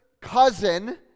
cousin